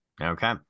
Okay